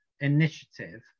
initiative